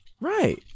right